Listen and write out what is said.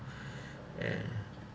and